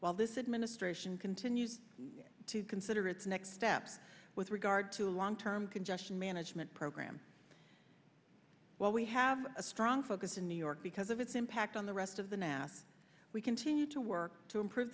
while this administration continues to consider its next step with regard to a long term congestion management program while we have a strong focus in new york because of its impact on the rest of the nasa we continue to work to improve